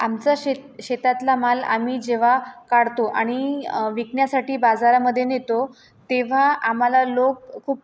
आमचा शेत शेतातला माल आम्ही जेव्हा काढतो आणि विकण्यासाठी बाजारामध्ये नेतो तेव्हा आम्हाला लोक खूप